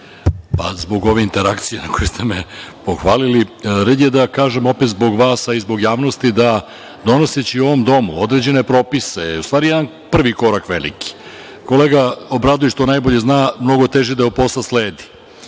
Pa, zbog ovih interakcija, zbog koje ste me pohvalili, red je da kažem opet zbog vas, a i zbog javnosti, da donoseći u ovom domu određene propise je u stvari jedan prvi korak veliki. Kolega Obradović to najbolje zna, mnogo teži deo posla sledi.